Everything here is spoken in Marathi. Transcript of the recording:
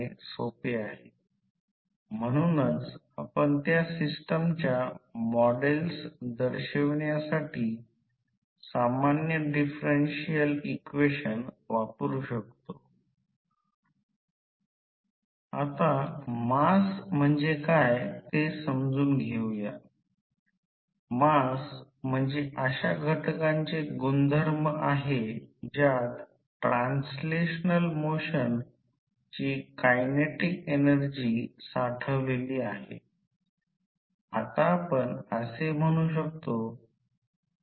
आता ओपन सर्किट चाचणीसाठी आपल्याला 1 एममीटर जोडणे करणे आवश्यक आहे 1 व्होल्टमीटर आहे आणि दुय्यम बाजू आहे जी उच्च व्होल्टेज बाजू प्रत्यक्षात मुक्त असते प्रत्यक्षात प्रयोगशाळेत त्याची ओपन सर्किट चाचणी किंवा शॉर्ट सर्किट चाचणी जे काही असेल ते हे दोन्ही बाजूंनी केले जाऊ शकते